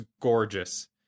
gorgeous